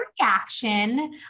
reaction